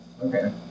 Okay